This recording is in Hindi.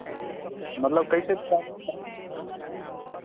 मतलब कैसे प